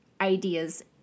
ideas